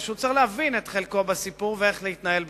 והוא צריך להבין את חלקו בסיפור ואיך להתנהל בתוכו.